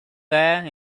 there